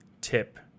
tip